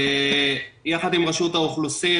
יחד עם רשות האוכלוסין